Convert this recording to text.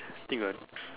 think ah